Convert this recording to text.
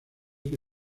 que